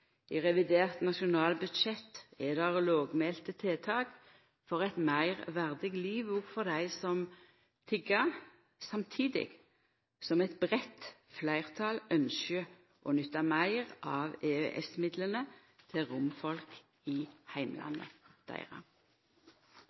I revidert nasjonalbudsjett er det lågmælte tiltak for eit meir verdig liv òg for dei som tigg, samstundes som eit breitt fleirtal ynskjer å nytta meir av EØS-midlane til romfolk i heimlandet deira.